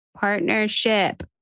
Partnership